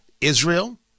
Israel